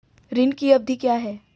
ऋण की अवधि क्या है?